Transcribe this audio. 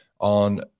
on